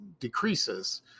decreases